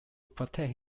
protect